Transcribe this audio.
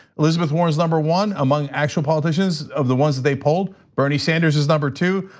elizabeth warren is number one among actual politicians of the ones they polled. bernie sanders is number two,